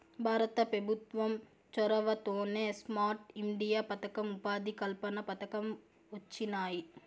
భారత పెభుత్వం చొరవతోనే స్మార్ట్ ఇండియా పదకం, ఉపాధి కల్పన పథకం వొచ్చినాయి